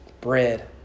bread